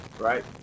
right